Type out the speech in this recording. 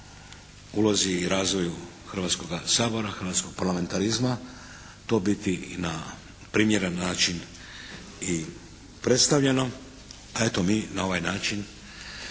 ulozi i razvoju Hrvatskoga sabora, hrvatskog parlamentarizma to biti i na primjeren način i predstavljeno a eto mi na ovaj način